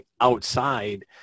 outside